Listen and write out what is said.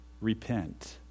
Repent